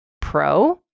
Pro